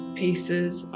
pieces